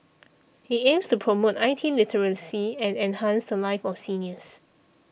it aims to promote I T literacy and enhance the lives of seniors